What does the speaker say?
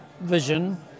Vision